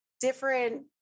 different